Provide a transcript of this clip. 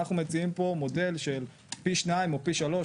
אנחנו מציעים פה מודל של פי שניים או פי שלוש,